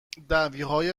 دعویهای